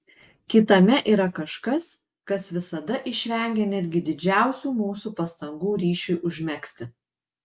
kitame yra kažkas kas visada išvengia netgi didžiausių mūsų pastangų ryšiui užmegzti